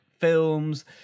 films